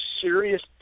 serious